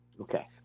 Okay